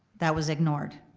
that was ignored.